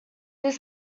this